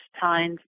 times